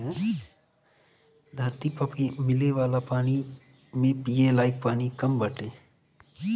धरती पअ मिले वाला पानी में पिये लायक पानी कम बाटे